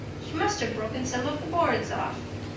she must have broken some of the boards off.